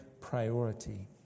priority